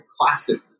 classic